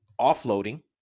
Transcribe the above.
offloading